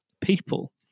people